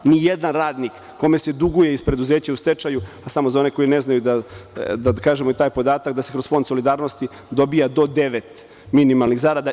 Nijedan radnik kome se duguje iz preduzeća u stečaju, a samo za one koji ne znaju da kažemo taj podatak da se kroz Fond solidarnosti dobija do devet minimalnih zarada.